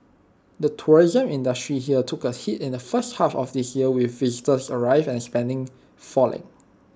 the tourism industry here took A hit in the first half of this year with visitor arrivals and spending falling